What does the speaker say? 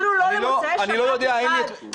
אפילו לא למוצאי שבת אחד,